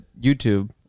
YouTube